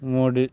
मोडी